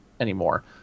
anymore